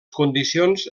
condicions